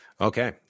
Okay